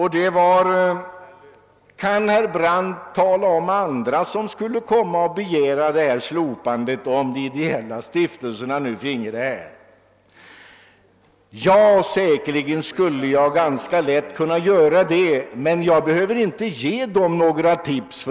Han sade: Kan herr Brandt tala om vilka andra som skulle begära slopande av arbetsgivaravgiften, om de ideella stiftelserna nu finge den här befrielsen? Ja, säkerligen skulle jag ganska lätt kunna göra det, men jag behöver inte ge dem några tips.